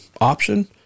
option